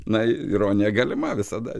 na ironija galima visada